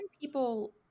people